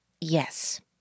yes